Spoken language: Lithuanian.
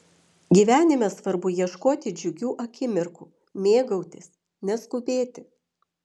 gyvenime svarbu ieškoti džiugių akimirkų mėgautis neskubėti